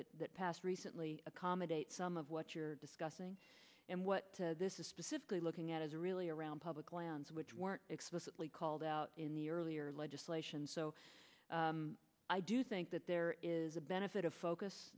that that passed recently accommodate some of what you're discussing and what this is specifically looking at is really around public lands which weren't explicitly called out in the earlier legislation so i do think that there is a benefit of focus